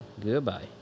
Goodbye